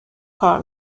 کار